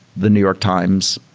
the new york times,